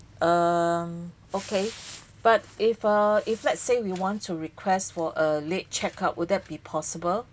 um okay but if uh if let's say we want to request for a late check out would that be possible